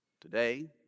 Today